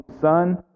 son